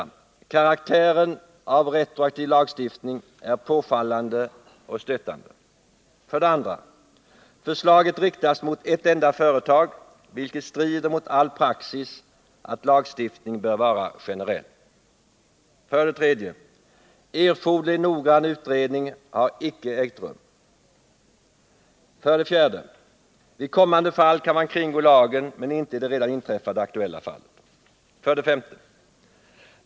Karaktären av retroaktiv lagstiftning är påfallande och stötande. 2. Förslaget riktas mot ett enda företag, vilket strider mot all praxis att lagstiftning bör vara generell. 3. Erforderlig noggrann utredning har icke ägt rum. 4. Vid kommande fall kan man kringgå lagen, men inte i det redan inträffade, aktuella fallet. 5.